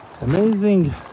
amazing